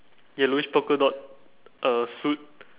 yellowish polka dot uh suit